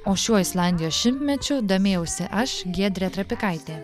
o šiuo islandijos šimtmečiu domėjausi aš giedrė trapikaitė